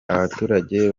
abaturage